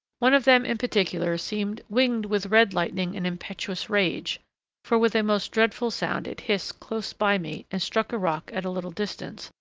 one of them in particular seemed wing'd with red lightning and impetuous rage for with a most dreadful sound it hissed close by me, and struck a rock at a little distance,